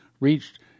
reached